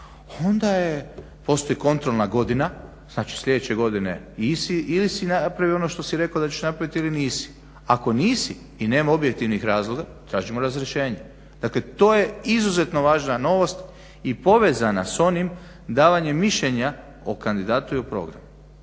onda je, postoji kontrolna godina, znači slijedeće godine ili si napravio ono što si rekao da ćeš napravit ili nisi. Ako nisi i nema objektivnih razloga tražimo razrješenje. Dakle, to je izuzetno važna novost i povezana s onim davanjem mišljenja o kandidatu i o programu.